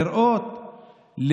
לראות,